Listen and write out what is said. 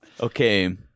Okay